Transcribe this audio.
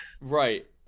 Right